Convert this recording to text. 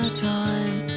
time